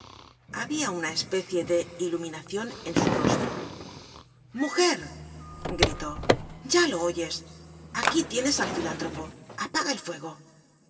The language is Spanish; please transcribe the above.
habia una especie de iluminacion en su rostro mujer gritó ya lo oyes aquí tienes al filántropo apaga el fuego